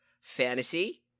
fantasy